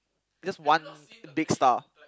it's just one big star